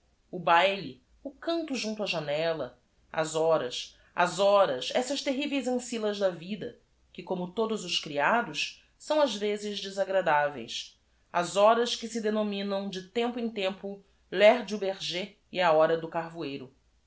o baile o canto j u n t o á janella as horas as horas essas terríveis ancillas da vida que corno todos os creados são ás vezes desagradáveis as horas que se de n o m i n a m de tempo em tempo heu re da berger e a hora do carvoeiro